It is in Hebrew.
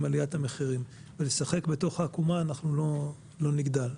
עליית המחירים ולשחק בתוך העקומה אנחנו לא נגדל.